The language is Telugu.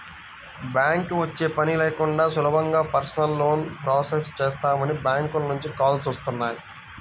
బ్యాంకుకి వచ్చే పని లేకుండా సులభంగా పర్సనల్ లోన్ ప్రాసెస్ చేస్తామని బ్యాంకుల నుంచి కాల్స్ వస్తున్నాయి